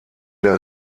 der